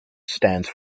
stands